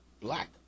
Black